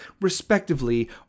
respectively